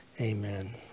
Amen